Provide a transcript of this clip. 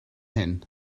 hyn